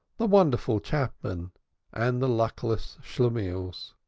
the wonderful chapmen and the luckless schlemihls,